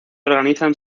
organizan